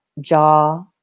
jaw